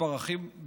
מספר האחים,